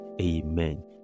Amen